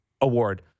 award